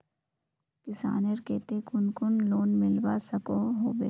किसानेर केते कुन कुन लोन मिलवा सकोहो होबे?